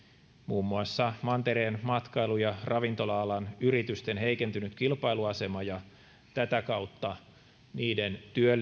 muun muassa mantereen matkailu ja ravintola alan yritysten heikentynyt kilpailu asema ja tätä kautta niiden